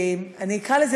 אני אקרא לזה,